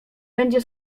będzie